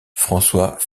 françois